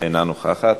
אינה נוכחת,